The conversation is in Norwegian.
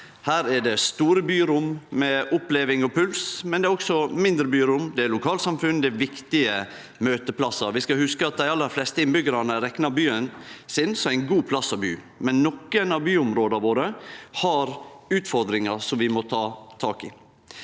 Her er det store byrom med oppleving og puls, men det er også mindre byrom, det er lokalsamfunn, det er viktige møteplassar. Vi skal hugse at dei aller fleste innbyggjarane reknar byen sin som ein god plass å bu, men nokre av byområda våre har utfordringar vi må ta tak i.